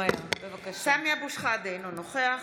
סמי אבו שחאדה, אינו נוכח